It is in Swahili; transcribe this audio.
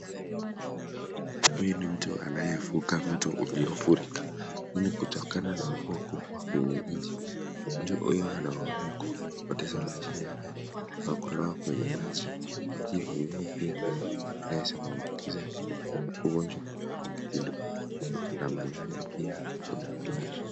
Huyu ni mtu anayefuka mto uliyefurika hii ni kutokana na mvua kubwa imenyesha . Mtu huyo anaofia kupoteza maisha yake kwa kuloa kwenye maji. Maji yenyewe pia inaweza mwambukiza ugonjwa wa kipindupindu na malaria pia kuna bilhazia